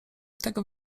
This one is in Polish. tego